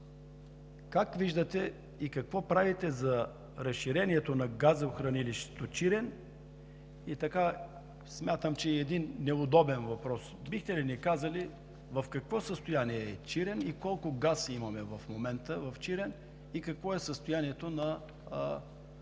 как виждате и какво правите за разширението на газохранилище „Чирен“? Също така и един неудобен въпрос: бихте ли ни казали в какво състояние е „Чирен“, колко газ имаме в момента там и какво е състоянието на „Галата“?